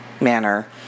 manner